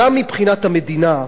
גם מבחינת המדינה,